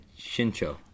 shincho